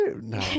No